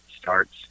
starts